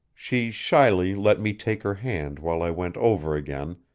she shyly let me take her hand while i went over again,